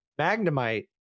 Magnemite